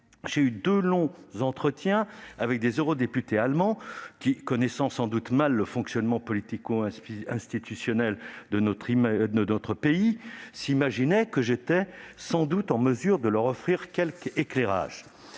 j'ai eu deux longs entretiens avec des eurodéputés allemands, qui, connaissant sans doute mal le fonctionnement politico-institutionnel de notre pays, s'imaginaient que j'étais en mesure de leur apporter quelque éclairage.